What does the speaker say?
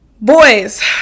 boys